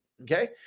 okay